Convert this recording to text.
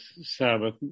sabbath